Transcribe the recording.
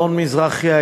אלון מזרחי,